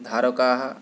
धारकाः